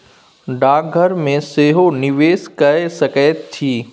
डाकघर मे सेहो निवेश कए सकैत छी